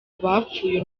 bapfuye